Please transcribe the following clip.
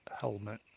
helmet